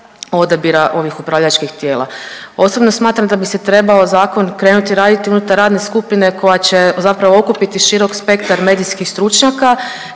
odabira ovih upravljačkih tijela. Osobno smatram da bi se trebao zakon krenuti raditi unutar radne skupine koja će zapravo okupiti širok spektar medijskih stručnjaka